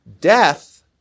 death